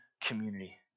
community